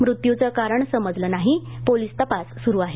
मृत्यूचं कारण समजलं नाही पोलिस तपास सुरू आहे